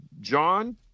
John